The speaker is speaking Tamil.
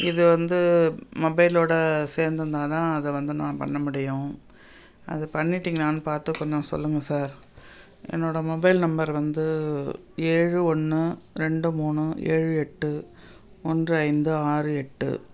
இது வந்து மொபைலோடு சேர்ந்து இருந்தால் தான் அதை வந்து நான் பண்ண முடியும் அதை பண்ணிவிட்டீங்களான்னு பார்த்து கொஞ்சம் சொல்லுங்கள் சார் என்னோடய மொபைல் நம்பர் வந்து ஏழு ஒன்று ரெண்டு மூணு ஏழு எட்டு ஒன்று ஐந்து ஆறு எட்டு